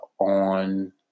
on